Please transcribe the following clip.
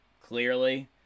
Clearly